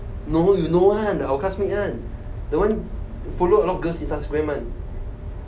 no you know one our classmate one the one follow a lot of girls instagram one